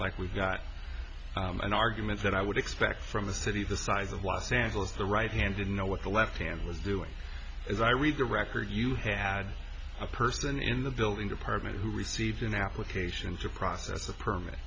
like we've got an argument that i would expect from the city the size of los angeles the right hand didn't know what the left hand was doing as i read the record you had a person in the building department who received an application to process the permit